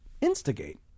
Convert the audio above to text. instigate